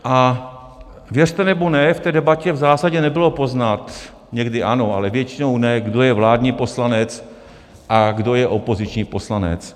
A věřte nebo ne, v té debatě v zásadě nebylo poznat, někdy ano, ale většinou ne, kdo je vládní poslanec a kdo je opoziční poslanec.